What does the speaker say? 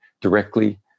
directly